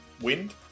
wind